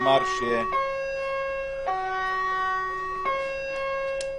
כפי שאמר - זה לא הגיוני שיש אימונים בלי כדור.